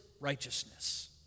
righteousness